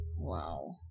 Wow